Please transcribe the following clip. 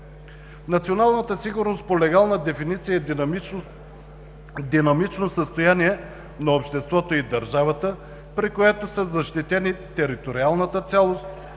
Националната сигурност по легална дефиниция е динамично състояние на обществото и държавата, при което са защитени териториалната цялост,